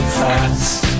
fast